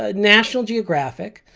ah national geographic,